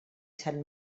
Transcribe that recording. sant